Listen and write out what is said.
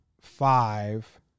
five